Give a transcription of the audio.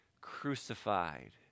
crucified